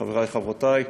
חברי וחברותי,